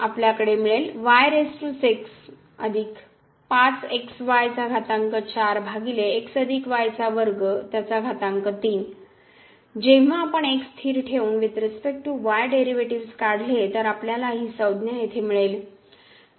आपण येथे येऊ जेव्हा आपण स्थिर ठेवून with respect to y derivatives काढले तर आपल्याला ही संज्ञा येथे मिळेल